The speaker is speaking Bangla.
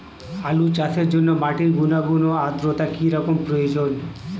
আলু চাষের জন্য মাটির গুণাগুণ ও আদ্রতা কী রকম প্রয়োজন?